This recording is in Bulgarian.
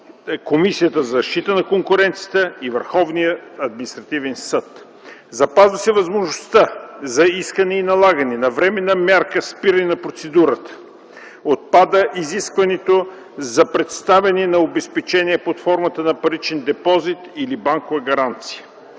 Комисията за защита на конкуренцията и Върховният административен съд. Запазва се възможността за искане и налагане на временна мярка “спиране на процедурата”. Отпада изискването за представяне на обезпечение под формата на паричен депозит или банкова гаранция.